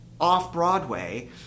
off-Broadway